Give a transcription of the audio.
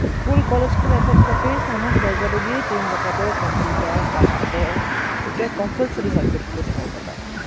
school college ᱠᱚᱨᱮ ᱮᱛᱚᱦᱚᱵ ᱠᱟᱛᱮᱫ ᱥᱟᱱᱟᱢ ᱡᱟᱭᱜᱟ ᱨᱮᱜᱮ ᱤᱮᱦᱤᱧ ᱜᱟᱯᱟ ᱫᱚ ᱠᱚᱢᱯᱤᱭᱩᱴᱟᱨ ᱯᱟᱲᱦᱟᱜ ᱫᱚ ᱢᱤᱫᱴᱮᱱ ᱠᱳᱢᱯᱟᱞᱥᱟᱨᱤ ᱥᱟᱵᱡᱮᱠᱴ ᱠᱚ ᱫᱚᱦᱚ ᱟᱠᱟᱫᱟ